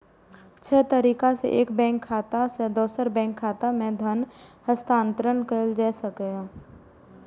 छह तरीका सं एक बैंक खाता सं दोसर बैंक खाता मे धन हस्तांतरण कैल जा सकैए